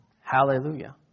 Hallelujah